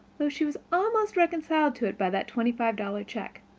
though she was almost reconciled to it by that twenty-five dollar check.